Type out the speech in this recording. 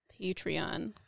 Patreon